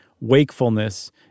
wakefulness